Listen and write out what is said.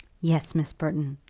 yes, miss burton.